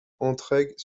entraigues